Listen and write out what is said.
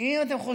בוא נגיד ככה,